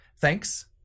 Thanks